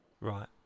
Right